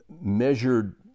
measured